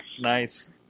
Nice